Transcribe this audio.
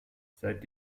seit